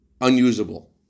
unusable